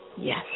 Yes